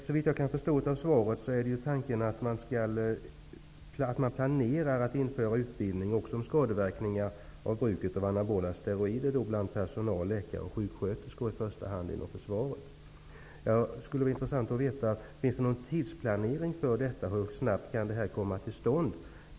Såvitt jag förstår av svaret planerar man att införa en utbildning för i första hand personal, läkare och sjuksköterskor inom försvaret om skadeverkningarna av bruket av anabola steroider. Det skulle vara intressant att få veta om det finns någon tidsplanering för hur snabbt denna kan komma till stånd.